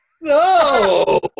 No